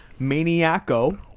Maniaco